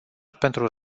pentru